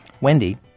Wendy